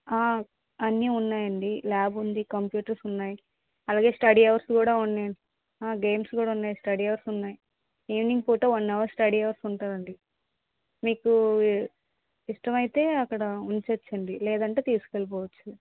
అన్ని ఉన్నాయండి ల్యాబ్ ఉంది కంప్యూటర్స్ ఉన్నాయి అలాగే స్టడీ హవర్స్ కూడా ఉన్నాయి గేమ్స్ కూడా ఉనాయీ స్టడీ హవర్స్ ఉన్నాయి ఈవెనింగ్ పూటా వన్ హవర్ స్టడీ హవర్స్ ఉంటుంది అండి మీకు ఇష్టమైతే అక్కడ ఉంచొచ్చండి లేదంటే తీసుకెళ్లిపోవచ్చు